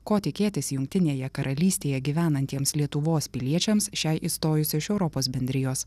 ko tikėtis jungtinėje karalystėje gyvenantiems lietuvos piliečiams šiai išstojus iš europos bendrijos